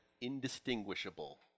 indistinguishable